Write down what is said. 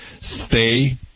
stay